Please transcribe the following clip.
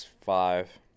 five